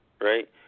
right